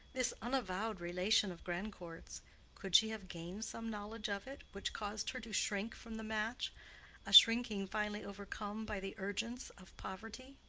this unavowed relation of grandcourt's could she have gained some knowledge of it, which caused her to shrink from the match a shrinking finally overcome by the urgence of poverty?